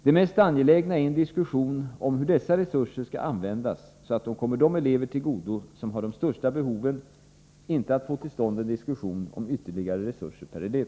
Det mest angelägna är att få till stånd en diskussion om hur dessa resurser skall användas så att de kommer de elever till godo som har de största behoven, inte en diskussion om ytterligare resurser per elev.